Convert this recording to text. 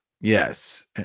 yes